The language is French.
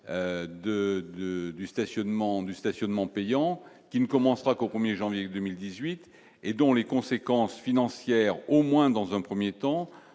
du stationnement payant qui ne commencera qu'au 1er janvier 2018 et dont les conséquences financières, au moins dans un 1er temps